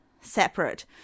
separate